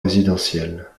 résidentiel